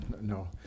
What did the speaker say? No